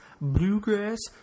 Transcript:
Bluegrass